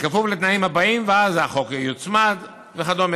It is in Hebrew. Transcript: בכפוף לתנאים הבאים: החוק יוצמד, וכדומה.